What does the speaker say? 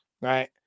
right